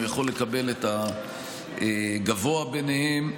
הוא יכול לקבל את הגבוה מהם.